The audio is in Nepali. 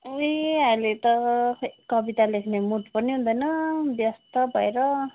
ए अहिले त खै कविता लेख्ने मुड पनि हुँदैन व्यस्त भएर